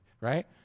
right